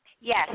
Yes